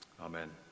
Amen